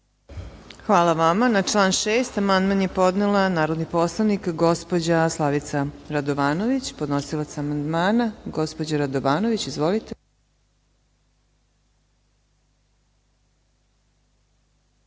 Hvala vama. Na član 6. amandman je podnela narodni poslanik gospođa Slavica Radovanović. Podnosilac amandmana, gospođa Radovanović, izvolite.